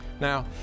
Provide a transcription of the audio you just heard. Now